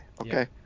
okay